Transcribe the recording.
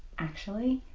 actually